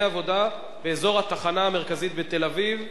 עבודה באזור התחנה המרכזית בתל-אביב.